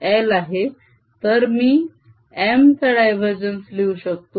तर मी M चा डायवरजेन्स लिहू शकतो